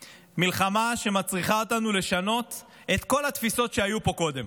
מלחמה שמצריכה אותנו לשנות את כל התפיסות שהיו פה קודם.